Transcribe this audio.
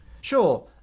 Sure